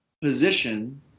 position